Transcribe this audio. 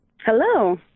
Hello